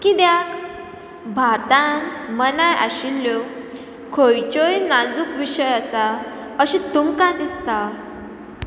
किद्याक भारतान मनाय आशिल्ल्यो खंयच्योय नाजूक विशय आसा अशें तुमकां दिसता